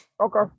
Okay